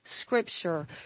Scripture